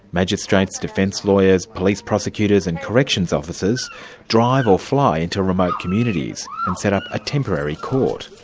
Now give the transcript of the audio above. magistrates, defence lawyers, police prosecutors and corrections officers drive or fly into remote communities and set up a temporary court.